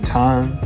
time